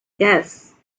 yes